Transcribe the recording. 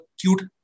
cute